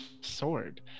sword